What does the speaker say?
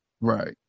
Right